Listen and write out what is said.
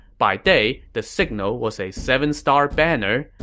by day, the signal was a seven-star banner.